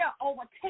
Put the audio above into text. overtake